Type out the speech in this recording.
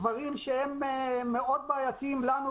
דברים שהם מאוד בעייתיים לנו.